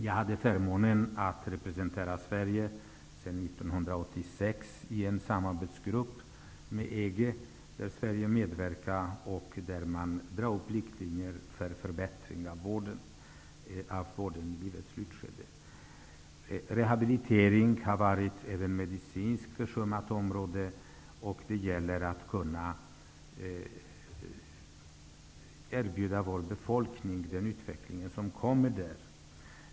Jag har förmånen att sedan 1986 representera Sverige i en samarbetsgrupp med EG där man drar upp riktlinjer för förbättring av vården i livets slutskede. Rehabilitering har varit ett medicinskt försummat område, och det gäller att kunna erbjuda vår befolkning den utveckling som sker där.